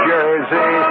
Jersey